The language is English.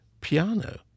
piano